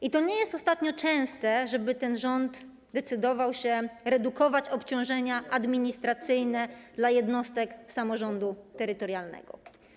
I to nie jest ostatnio częste, żeby ten rząd decydował się redukować obciążenia administracyjne dla jednostek samorządu terytorialnego.